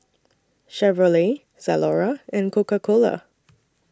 Chevrolet Zalora and Coca Cola